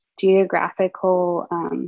geographical